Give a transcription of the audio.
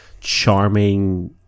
charming